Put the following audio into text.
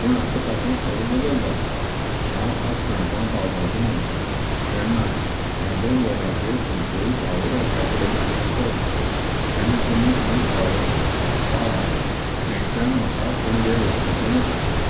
पूण आतां तातूंत थोडो बदल जाला हांव आज काणकोण पावपाचो ना तेन्ना हांव दोन वरांचेर कुंकळ्ळे पावर हावसा कडेन आसतलों तेन्ना तुमी थंय पावप पावात थंयच्यान म्हाका पणजे वचपाचे आसा